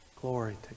Glory